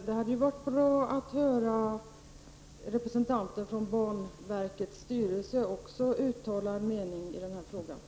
Det hade varit bra att också få höra representanten från banverkets styrelse uttala sin mening i den här frågan.